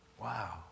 Wow